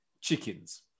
chickens